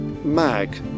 Mag